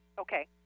Okay